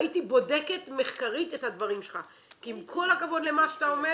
והייתי בודקת מחקרית את הדברים שלך כי אם כל הכבוד למה שאתה אומר